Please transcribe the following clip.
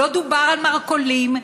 לא דובר על מרכולים,